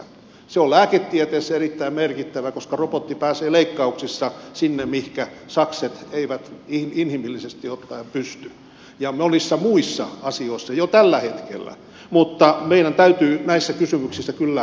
se on lääketieteessä erittäin merkittävä koska robotti pääsee leikkauksissa sinne mihinkä sakset eivät inhimillisesti ottaen pysty ja monissa muissa asioissa jo tällä hetkellä mutta meidän täytyy näissä kysymyksissä kyllä mennä eteenpäin